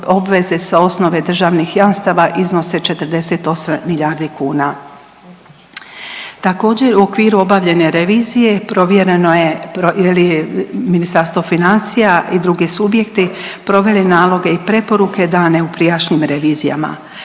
obveze sa osnove državnih jamstava iznose 48 milijardi kuna. Također, u okviru obavljene revizije, provjereno je je li Ministarstvo financija i drugi subjekti proveli naloge i preporuke dane u prijašnjim revizijama.